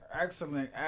Excellent